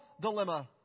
dilemma